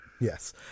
Yes